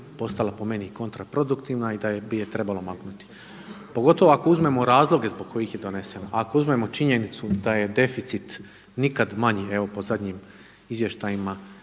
postala po meni kontra produktivna i da bi je trebalo maknuti, pogotovo ako uzmemo razloge zbog kojih je donesena. Ako uzmemo činjenicu da je deficit nikad manji, evo po zadnjih izvještajima